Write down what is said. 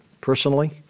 Personally